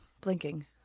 blinking